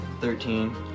Thirteen